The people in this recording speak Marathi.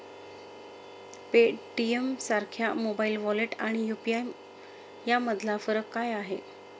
पेटीएमसारख्या मोबाइल वॉलेट आणि यु.पी.आय यामधला फरक काय आहे?